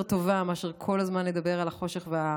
טובה מאשר כל הזמן לדבר על החושך ועל